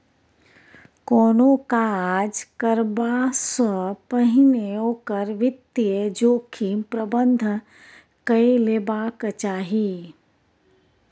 कोनो काज करबासँ पहिने ओकर वित्तीय जोखिम प्रबंधन कए लेबाक चाही